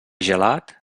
gelat